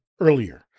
earlier